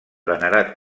venerat